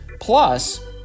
plus